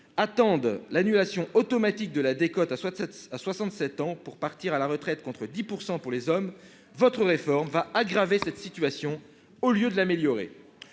attendent l'annulation automatique de la décote à 67 ans pour partir à la retraite, contre 10 % pour les hommes, votre réforme va aggraver cette situation au lieu de l'améliorer.